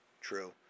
True